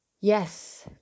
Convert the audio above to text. Yes